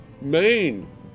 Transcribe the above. main